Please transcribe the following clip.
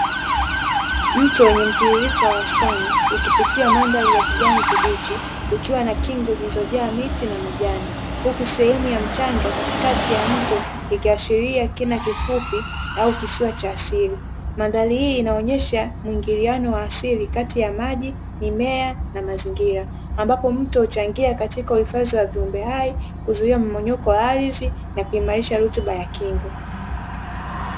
Mto wenye mtiririko wa wastani ukipitia mandhari yenye kijani kibichi ukiwa na kingo zilizojaa miti na majani huku sehemu ya mchanga katikati ya mto ikiashiria kina kifupi au kisiwa cha asili, mandhari hii inaonyesha mwingiliano wa asili kati ya maji, mimea na mazingira ambapo mto huchangia katika uhifadhi wa viumbe hai, kuzuia mmonyoko wa ardhi na kuimarisha rutuba ya kingo.